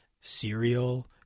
cereal